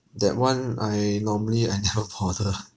that one I normally I never bother ah